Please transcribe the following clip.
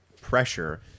pressure